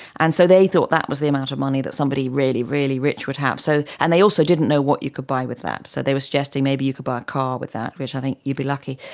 and so they thought that was the amount of money that somebody really, really rich would have. so and they also didn't know what you could buy with that, so they were suggesting maybe you could buy a car with that, which i think you'd be lucky.